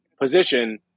position